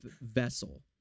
Vessel